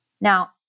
Now